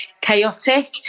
chaotic